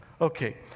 Okay